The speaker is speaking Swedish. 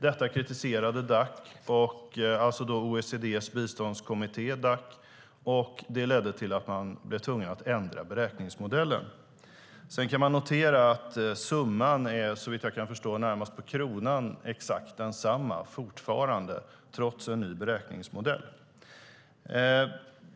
Detta kritiserade Dac, alltså OECD:s biståndskommitté, och det ledde till att man blev tvungen att ändra beräkningsmodellen. Sedan kan det noteras att summan är, såvitt jag kan förstå, närmast på kronan exakt densamma fortfarande, trots en ny beräkningsmodell.